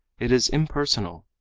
it is impersonal,